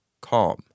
calm